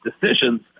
decisions